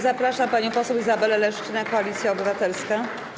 Zapraszam panią poseł Izabelę Leszczynę, Koalicja Obywatelska.